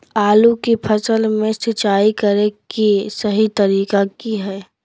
आलू की फसल में सिंचाई करें कि सही तरीका की हय?